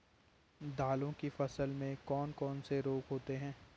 दालों की फसल में कौन कौन से रोग होते हैं?